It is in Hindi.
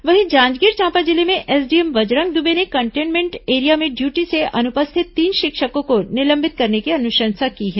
वहीं जांजगीर चांपा जिले में एसडीएम बजरंग दुबे ने कंटेनमेंट एरिया में ड्यूटी से अनुपस्थित तीन शिक्षकों को निलंबित करने की अनुशंसा की है